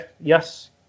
Yes